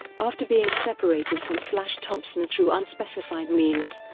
after being separated from flash thompson through unspecified means,